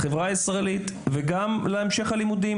לחברה הישראלית וגם להמשך הלימודים.